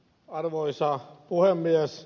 arvoisa puhemies